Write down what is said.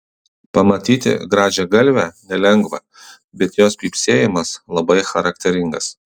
pamatyti grąžiagalvę nelengva bet jos pypsėjimas labai charakteringas